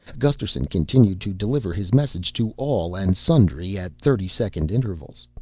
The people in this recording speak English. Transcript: gusterson continued to deliver his message to all and sundry at thirty second intervals.